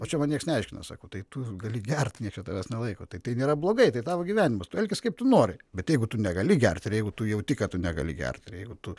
o čia man niekas neaiškina sako tai tu gali gert nieks čia tavęs nelaiko tai nėra blogai tai tavo gyvenimas tu elkis kaip tu nori bet jeigu tu negali gert jeigu tu jauti kad tu negali gerti ir jeigu tu